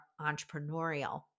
entrepreneurial